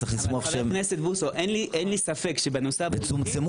אין לי ספק שבנושא- - צומצמו